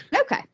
okay